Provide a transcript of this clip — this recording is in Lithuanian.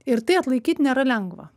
ir tai atlaikyt nėra lengva